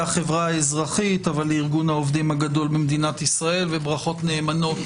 החברה האזרחית אבל ארגון העובדים הגדול במדינת ישראל וברכות נאמנות